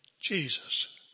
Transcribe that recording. Jesus